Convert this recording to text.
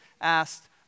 asked